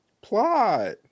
Plot